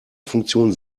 funktion